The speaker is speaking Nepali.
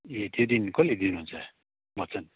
ए त्यो दिन कसले दिनुहुन्छ वचन